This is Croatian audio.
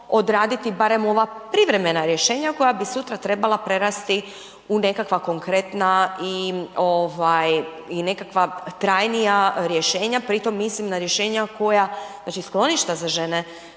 odraditi barem ova privremena rješenja koja bi sutra trebala prerasti u nekakva konkretna i nekakva trajnija rješenja. Pri tome mislim na rješenja koja, znači skloništa za žene